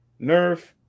nerf